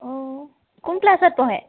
অঁ কোন ক্লাছত পঢ়ে